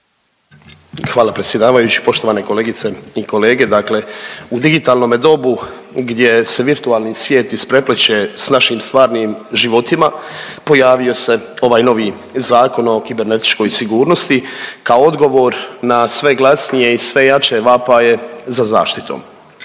Hvala predsjedavajući. Poštovane kolegice i kolege. Dakle, u digitalnome dobu gdje se virtualni svijet isprepliće s našim stvarnim životima pojavio se ovaj novi Zakon o kibernetičkoj sigurnosti kao odgovor na sve glasnije i sve jače vapaje za zaštitom.